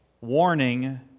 warning